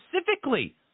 specifically